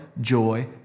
joy